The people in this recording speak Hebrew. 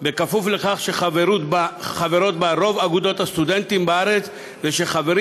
כפוף לכך שחברות בה רוב אגודות הסטודנטים בארץ וחברים